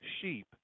sheep